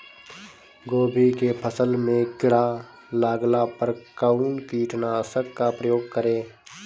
गोभी के फसल मे किड़ा लागला पर कउन कीटनाशक का प्रयोग करे?